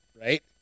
Right